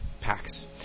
packs